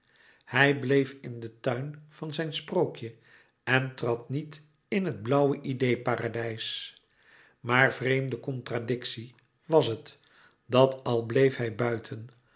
hij bleef in den tuin van zijn sprookje en trad niet in het blauwe idee paradijs maar vreemde contradictie was het dat al bleef hij buiten